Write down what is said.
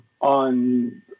on